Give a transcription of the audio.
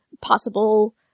possible